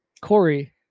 Corey